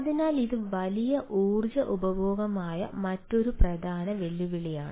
അതിനാൽ ഇത് വലിയ ഊർജ്ജ ഉപഭോഗമായ മറ്റൊരു പ്രധാന വെല്ലുവിളിയാണ്